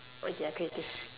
okay ya creative